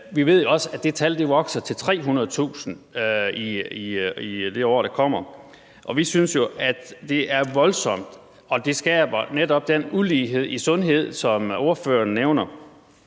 Vi ved også, at det tal vokser til 300.000 i året, der kommer. Vi synes jo, at det er voldsomt, og det skaber netop den ulighed i sundhed, som ordføreren nævner.